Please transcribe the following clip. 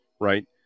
right